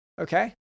okay